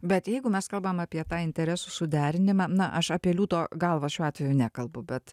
bet jeigu mes kalbam apie tą interesų suderinimą na aš apie liūto galvą šiuo atveju nekalbu bet